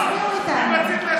אביר, תצביעו איתנו.